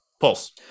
Pulse